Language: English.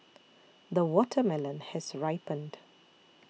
the watermelon has ripened